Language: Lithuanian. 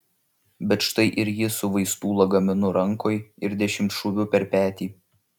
bet štai ir ji su vaistų lagaminu rankoj ir dešimtšūviu per petį